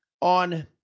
on